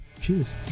cheers